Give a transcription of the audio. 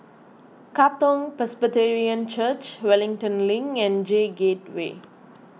Katong Presbyterian Church Wellington Link and J Gateway